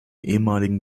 ehemaligen